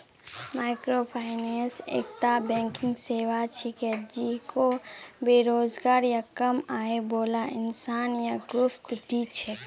microfinance एकता banking सेवा छिके जेको बेरोजगार या कम आय बाला इंसान या ग्रुपक दी छेक